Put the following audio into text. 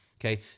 okay